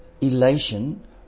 elation